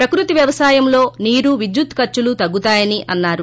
ప్రకృతి వ్యవసాయంలో నీరు విద్యుత్ ఖర్చులు తగ్గుతాయని అన్నారు